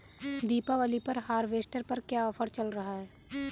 दीपावली पर हार्वेस्टर पर क्या ऑफर चल रहा है?